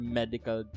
medical